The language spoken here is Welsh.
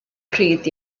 pryd